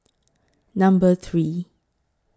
Number three